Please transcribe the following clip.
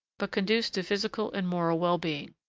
but conduce to physical and moral well-being.